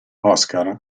oscar